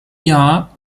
jahr